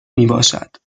میباشد